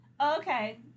Okay